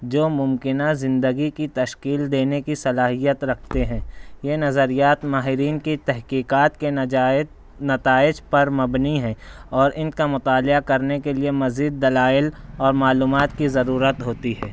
جو ممکنہ زندگی کی تشکیل دینے کی صلاحیت رکھتے ہیں یہ نظریات ماہرین کی تحقیقات کے نجائت نتائج پر مبنی ہیں اور ان کا مطالعہ کرنے کے لئے مزید دلائل اور معلومات کی ضرورت ہوتی ہے